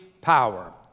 power